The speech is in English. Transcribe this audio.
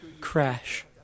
Crash